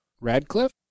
Radcliffe